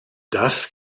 das